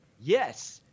Yes